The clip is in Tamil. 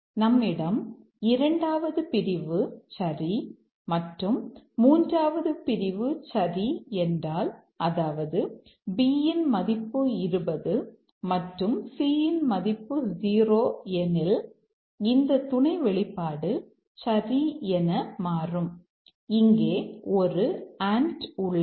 எனவே நம்மிடம் இரண்டாவது பிரிவு சரி மற்றும் மூன்றாவது பிரிவு சரி என்றால் அதாவது b இன் மதிப்பு 20 மற்றும் c இன் மதிப்பு 0 எனில் இந்த துணை வெளிப்பாடு சரி என மாறும் இங்கே ஒரு உள்ளது